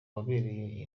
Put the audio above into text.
wabereye